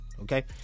okay